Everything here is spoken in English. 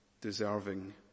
deserving